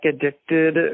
addicted